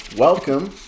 Welcome